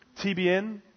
TBN